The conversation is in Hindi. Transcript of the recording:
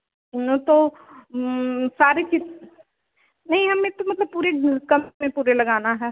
उनो तो सारे चित्र नहीं हमें तो मतलब पूरे कम में पूरे लगाना है